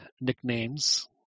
nicknames